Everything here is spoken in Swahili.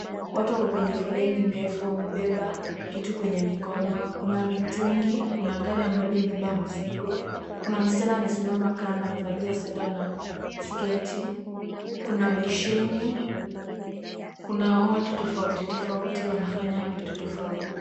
Watu wako kwenye foleni ndefu, wamebeba kitu kwenye mikono, kuna mitungi, kuna gari ambalo limebeba mizigo, kuna msichana amesimama kando amevalia sweta na sketi, kuna besheni, na kuna watu tofauti tofauti wanaofanya vitu tofauti.